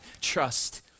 Trust